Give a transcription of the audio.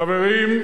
חברים,